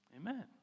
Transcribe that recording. Amen